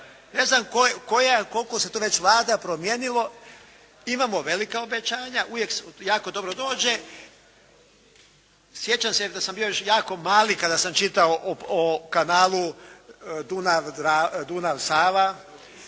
ne znam koliko se tu već Vlada promijenilo, imamo velika obećanja, uvijek, jako dobro dođe. Sjećam se da sam bio još jako mali kada sam čitao o kanalu Dunav-Sava,